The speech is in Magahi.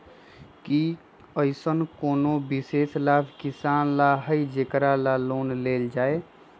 कि अईसन कोनो विशेष लाभ किसान ला हई जेकरा ला लोन लेल जाए?